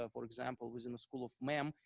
ah for example, within the school of mem,